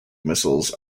missiles